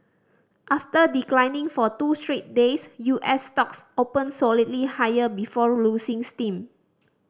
after declining for two straight days U S stocks opened solidly higher before losing steam